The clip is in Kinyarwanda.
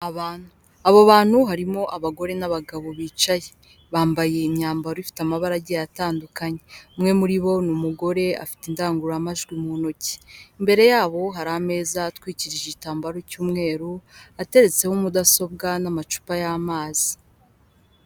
Abo bantu harimo abagore n'abagabo bicaye bambaye iyi myambaro ifite amabara agiye atandukanye, umwe muri bo ni umugore afite indangururamajwi mu ntoki, imbere yabo hari ameza atwikiri igitambaro cy'umweru ateretseho mudasobwa n'amacupa y'amazi.